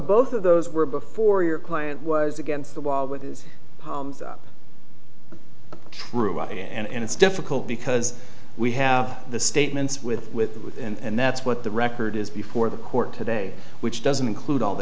both of those were before your client was against the wall with his palms up true and it's difficult because we have the statements with with with and that's what the record is before the court today which doesn't include all the